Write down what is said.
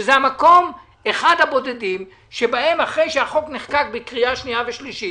זה אחד המקומות הבודדים שבהם אחרי שהחוק נחקק בקריאה שנייה ושלישית